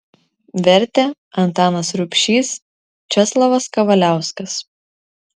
vertė antanas rubšys česlovas kavaliauskas